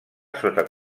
sota